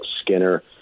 Skinner